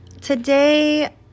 Today